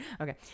okay